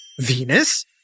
Venus